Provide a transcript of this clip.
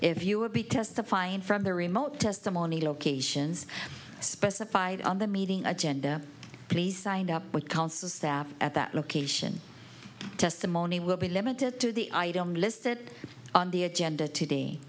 if you will be testifying from the remote testimony locations specified on the meeting agenda please sign up with council staff at that location testimony will be limited to the item listed on the agenda today